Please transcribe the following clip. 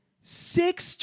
six